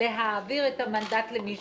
להעביר את המנדט למישהו אחר.